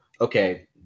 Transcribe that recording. okay